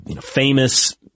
famous